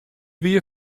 wie